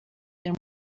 been